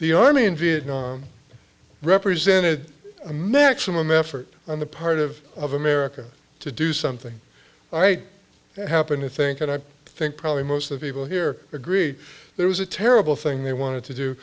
the army in vietnam represented a maximum effort on the part of of america to do something i happen to think and i think probably most of people here agree there was a terrible thing they wanted to do